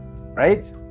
right